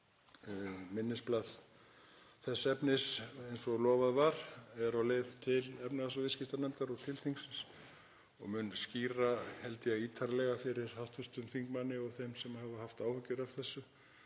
Minnisblað þess efnis eins og lofað var er á leið til efnahags- og viðskiptanefndar og til þingsins og mun skýra, held ég, ítarlega fyrir hv. þingmanni og þeim sem hafa haft áhyggjur af þessu